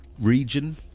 region